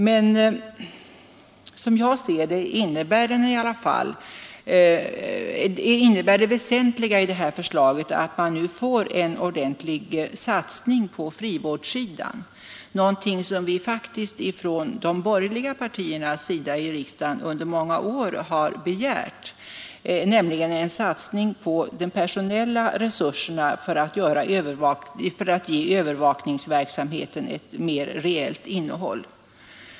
Men som jag ser det är det väsentliga i detta förslag att man nu får en ordentlig satsning på frivårdssidan — någonting som de borgerliga partierna i riksdagen faktiskt under många år har begärt — och en satsning på de personella resurserna för att ge övervakningsverksamheten ett mer reellt innehåll.